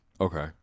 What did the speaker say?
Okay